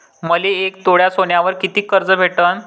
मले एक तोळा सोन्यावर कितीक कर्ज भेटन?